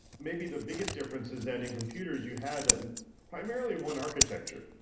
maybe the biggest difference is that in computers you had primarily one architecture,